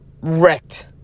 wrecked